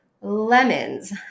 Lemons